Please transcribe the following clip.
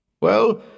Well